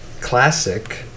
Classic